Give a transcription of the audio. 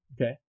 Okay